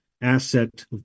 asset